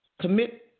Commit